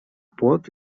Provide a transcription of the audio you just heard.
płot